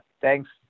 thanks